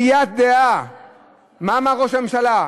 כפיית דעה" מה אמר ראש הממשלה?